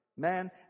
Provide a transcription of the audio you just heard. Man